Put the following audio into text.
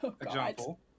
example